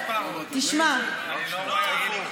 זה לא הליכוד.